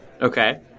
Okay